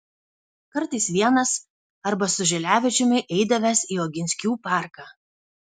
kartais vienas arba su žilevičiumi eidavęs į oginskių parką